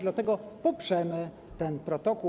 Dlatego poprzemy ten protokół.